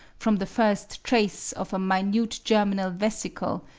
from the first trace of a minute germinal vesicle,